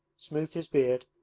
smoothed his beard,